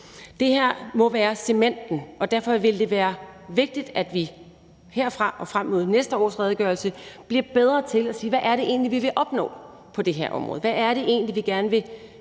Det her må være cementen, og derfor er det vigtigt, at vi herfra og frem mod næste års redegørelse bliver bedre til at spørge, hvad det egentlig er, vi vil opnå på det her område.